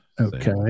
okay